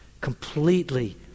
completely